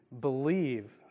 believe